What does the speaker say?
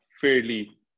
fairly